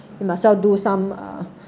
might as well do some uh